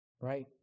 Right